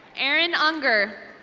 erin unger.